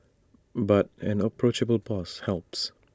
but an approachable boss helps